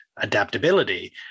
adaptability